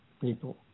people